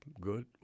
good